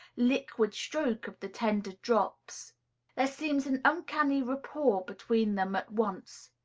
liquid stroke of the tender drops there seems an uncanny rapport between them at once.